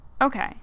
Okay